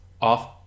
off